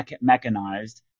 mechanized